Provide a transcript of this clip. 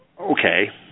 Okay